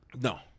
No